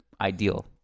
ideal